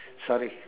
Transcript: sorry